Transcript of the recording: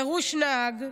דרוש נהג,